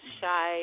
shy